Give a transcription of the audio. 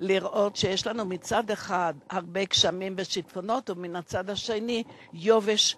שיש לנו באזור אחד הרבה גשמים ושיטפונות ובאזור השני יובש.